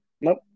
Nope